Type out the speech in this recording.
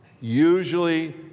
usually